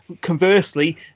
conversely